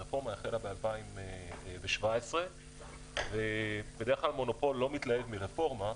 הרפורמה החלה ב-2017 ובדרך כלל מונופול לא מתלהב מרפורמה,